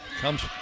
comes